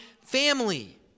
family